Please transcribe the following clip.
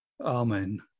Amen